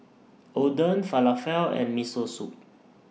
Oden Falafel and Miso Soup